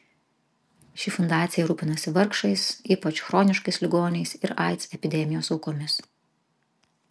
ši fundacija rūpinasi vargšais ypač chroniškais ligoniais ir aids epidemijos aukomis